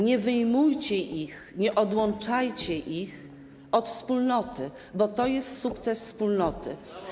Nie wyjmujcie ich, nie odłączajcie ich od wspólnoty, bo to jest sukces wspólnoty.